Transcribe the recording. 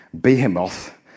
behemoth